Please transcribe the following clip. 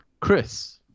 Chris